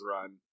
run